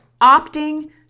opting